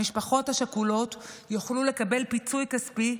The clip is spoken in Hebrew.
המשפחות השכולות יוכלו לקבל פיצוי כספי,